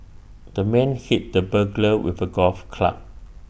the man hit the burglar with A golf club